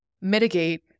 mitigate